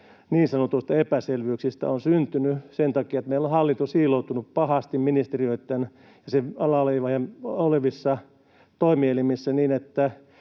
niin sanotuista epäselvyyksistä ovat syntyneet sen takia, että meillä on hallinto siiloutunut pahasti ministeriöissä ja niiden alla olevissa toimielimissä, niin että